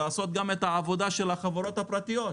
לעשות גם את העבודה של החברות הפרטיות.